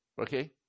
okay